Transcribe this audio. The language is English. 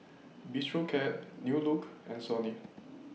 Bistro Cat New Look and Sony